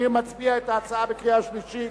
נצביע על ההצעה בקריאה שלישית.